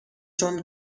چون